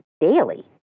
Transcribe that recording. daily